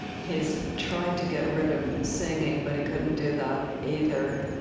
he's tried to get rid of singing, but he couldn't do that either.